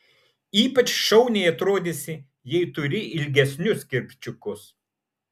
ypač šauniai atrodysi jei turi ilgesnius kirpčiukus